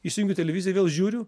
įsijungiu televiziją vėl žiūriu